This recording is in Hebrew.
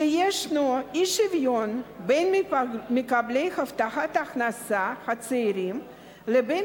שיש אי-שוויון בין מקבלי הבטחת הכנסה הצעירים לבין